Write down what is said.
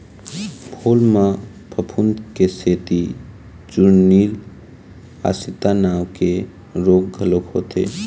फूल म फफूंद के सेती चूर्निल आसिता नांव के रोग घलोक होथे